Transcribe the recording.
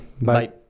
Bye